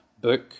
book